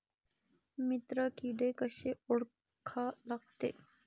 मित्र किडे कशे ओळखा लागते?